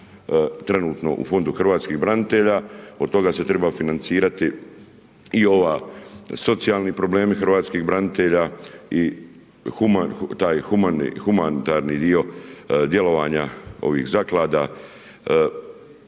trenutno u fondu hrvatskih branitelja, od toga se treba financirati i ovi socijalni problemi hrvatskih branitelji i taj humanitarni dio djelovanja ovih zaklada.